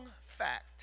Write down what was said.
fact